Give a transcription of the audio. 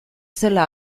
zela